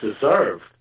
deserved